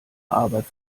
arbeit